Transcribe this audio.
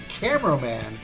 cameraman